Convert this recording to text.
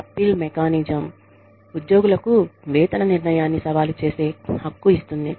appeal mechanism ఉద్యోగులకు వేతన నిర్ణయాన్ని సవాలు చేసే హక్కు ఇస్తుంది